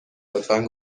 برابر